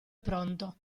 pronto